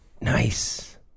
Nice